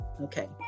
Okay